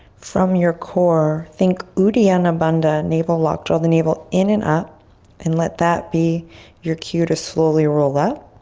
from your core, think uddiyana bandha, naval lock. draw the navel in and up and let that be your cue to slowly roll up.